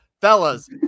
Fellas